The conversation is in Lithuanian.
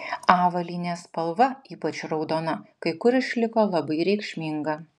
avalynės spalva ypač raudona kai kur išliko labai reikšminga